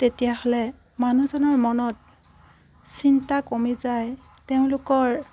তেতিয়াহ'লে মানুহজনৰ মনত চিন্তা কমি যায় তেওঁলোকৰ